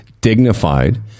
dignified